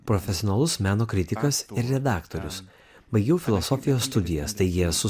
profesionalus meno kritikas ir redaktorius baigiau filosofijos studijas taigi esu